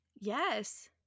Yes